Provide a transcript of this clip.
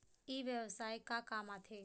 ई व्यवसाय का काम आथे?